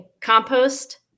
compost